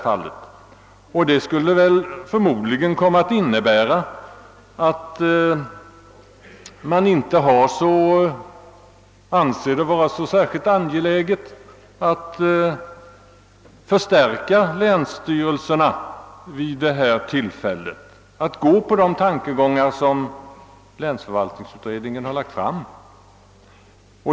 Förmodligen innebär detta att man inte anser det vara så angeläget att förstärka länsstyrelserna i enlighet med de tankegångar som länsförvaltningsutredningen givit uttryck åt.